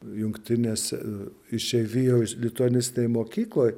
jungtinėse išeivijos lituanistinėj mokykloj